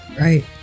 Right